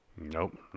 Nope